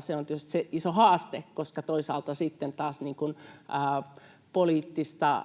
se on tietysti se iso haaste, koska toisaalta taas poliittista